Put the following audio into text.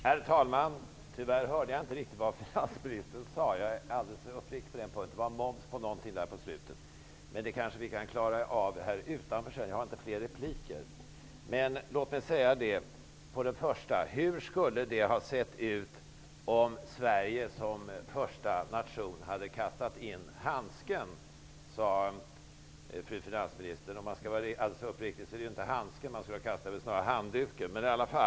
Herr talman! Tyvärr hörde jag inte riktigt vad finansministern sade -- jag är alldeles för uppriktig på den punkten. Men jag uppfattade att hon i slutet av sitt anförande frågade någonting om momsen. Detta kanske vi kan klara av utanför plenisalen, eftersom jag inte har fler repliker. Hur skulle det ha sett ut om Sverige som första nation hade kastat in handsken? frågade finansministern. Om man skall vara riktigt noga är det inte handsken utan handduken man brukar kasta in.